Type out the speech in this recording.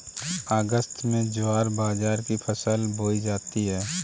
अगस्त में ज्वार बाजरा की फसल बोई जाती हैं